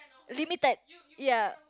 limited ya